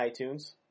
iTunes